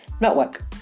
network